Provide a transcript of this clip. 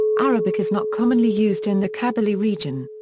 arabic is not commonly used in the kabylie region.